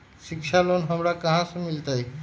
शिक्षा लोन हमरा कहाँ से मिलतै?